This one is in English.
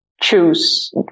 choose